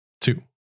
Two